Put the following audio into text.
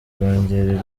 kongerera